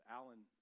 Alan